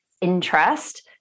interest